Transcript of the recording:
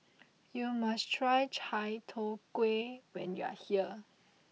you must try Chai Tow Kway when you are here